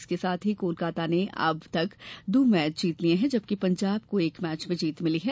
इसके साथ ही कोलकाता ने अब तक दो मैच जीत लिए हैं जबकि पंजाब को एक मैच में जीत मिली है